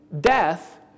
death